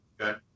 Okay